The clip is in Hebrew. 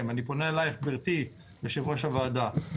אני פונה אלייך גברתי יושבת ראש הוועדה,